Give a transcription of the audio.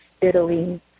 Italy